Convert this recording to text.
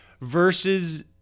versus